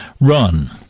Run